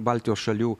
baltijos šalių